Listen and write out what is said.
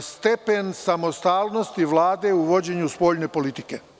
stepen samostalnosti Vlade u vođenju spoljne politike.